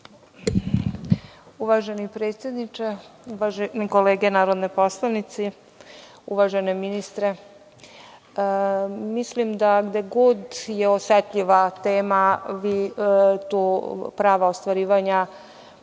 Uvaženi predsedniče, uvažene kolege narodni poslanici, uvaženi ministre, mislim da gde god je osetljiva tema, prava ostvarivanja